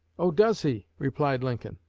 oh, does he? replied lincoln.